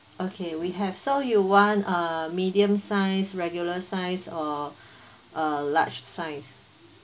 okay we have so you want uh medium size regular size or a large size